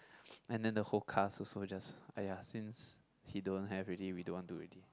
and then the whole cast also just !aiya! since he don't have already we don't want do already